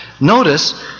Notice